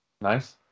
Nice